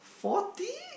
forty